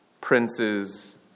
Prince's